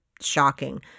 shocking